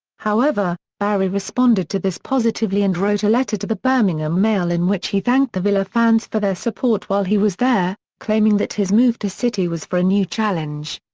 however, barry responded to this positively and wrote a letter to the birmingham mail in which he thanked the villa fans for their support while he was there, claiming that his move to city was for a new challenge.